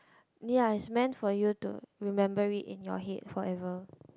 ya it's meant for you to remember it in your head forever